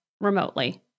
remotely